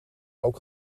ook